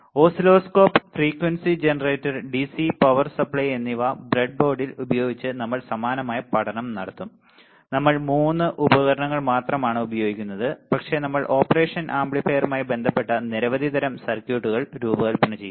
oscilloscope frequency generator DC power supply എന്നിവ ബ്രെഡ്ബോർഡിൽ ഉപയോഗിച്ച് നമ്മൾ സമാനമായ പഠനം നടത്തും നമ്മൾ മൂന്ന് ഉപകരണങ്ങൾ മാത്രമാണ് ഉപയോഗിക്കുന്നത് പക്ഷേ നമ്മൾ ഓപ്പറേഷൻ ആംപ്ലിഫയറുമായി ബന്ധപ്പെട്ട നിരവധി തരം സർക്യൂട്ടുകൾ രൂപകൽപ്പന ചെയ്യും